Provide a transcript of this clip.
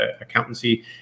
accountancy